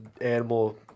animal